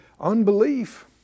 unbelief